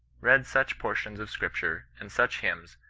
read such por tions of scripture, and such hymns,